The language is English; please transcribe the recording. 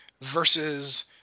versus